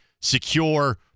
secure